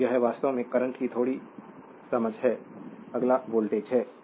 तो यह वास्तव में करंट की थोड़ी समझ है अगला वोल्टेज है